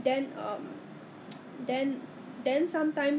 it was 好像新加坡 sorry 新加坡好像有开 leh